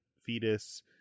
fetus